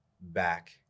back